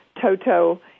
Toto